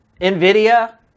NVIDIA